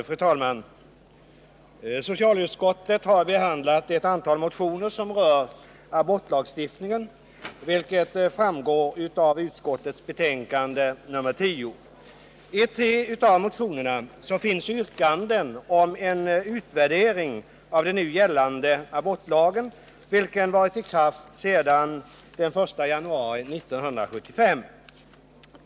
Fru talman! Socialutskottet har behandlat ett antal motioner som rör abortlagstiftningen, vilket framgår av utskottets betänkande nr 10. I tre av motionerna finns yrkanden om en utvärdering av den nu gällande abortlagen, vilken har varit i kraft sedan den 1 januari 1975.